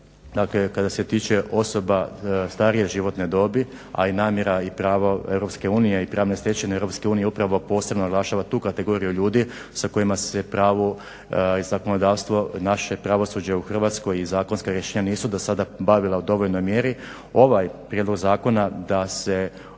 Dakle, kada se tiče osoba starije životne dobi a i namjera i pravo EU i pravne stečevine EU upravo posebno naglašava tu kategoriju ljudi sa kojima se pravo i zakonodavstvo i naše pravosuđe u Hrvatskoj i zakonska rješenja nisu do sada bavila u dovoljnoj mjeri, ovaj prijedlog zakona da se oteža